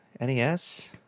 NES